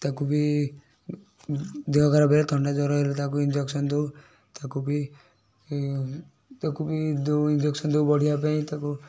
ତାକୁ ବି ଦେହ ଖରାପ ହେଲେ ଥଣ୍ଡା ଜ୍ଵର ହେଲେ ତାକୁ ଇଞ୍ଜେକ୍ସନ୍ ଦେଉ ତାକୁ ବି ତାକୁ ବି ଦେଉ ଇଞ୍ଜେକ୍ସନ୍ ଦେଉ ବଢ଼ିବା ପାଇଁ ତାକୁ